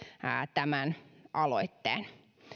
tämän aloitteen